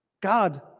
God